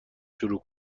شروع